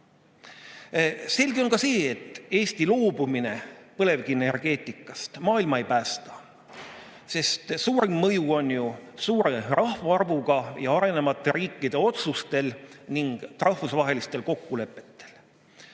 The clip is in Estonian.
Selge on ka see, et Eesti loobumine põlevkivienergeetikast maailma ei päästa, sest suurim mõju on ju suure rahvaarvuga ja arenevate riikide otsustel ning rahvusvahelistel kokkulepetel.